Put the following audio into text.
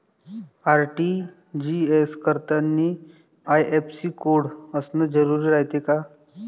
RTGS करतांनी IFSC code असन जरुरी रायते का?